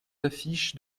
affiches